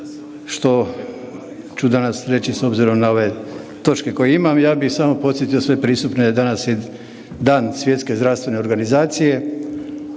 što ću danas reći s obzirom na ove točke koje imam, ja bih samo podsjetio sve prisutne da je danas Dan svjetske zdravstvene organizacije,